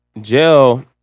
Jail